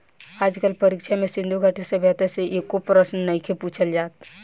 आज कल परीक्षा में सिन्धु घाटी सभ्यता से एको प्रशन नइखे पुछल जात